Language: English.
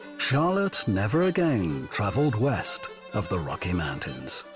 charlotte never again travel west of the rocky mountains.